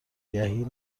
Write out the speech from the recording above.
آگهی